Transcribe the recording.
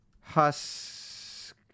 husk